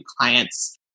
clients